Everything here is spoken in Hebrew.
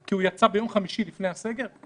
כי הוא יצא ביום חמישי לפני הסגר?